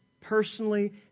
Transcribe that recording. Personally